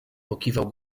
pokiwał